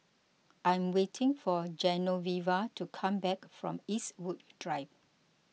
I am waiting for Genoveva to come back from Eastwood Drive